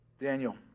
Daniel